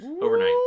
overnight